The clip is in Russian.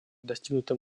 достигнутым